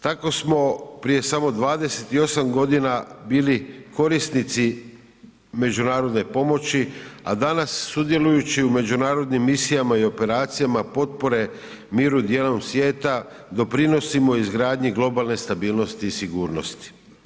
Tako smo prije samo 28 godina bili korisnici međunarodne pomoći a danas sudjelujući u međunarodnim misijama i operacijama potpore miru dijelom svijeta doprinosimo izgradnji globalne stabilnosti i sigurnosti.